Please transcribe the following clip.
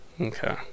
okay